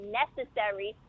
necessary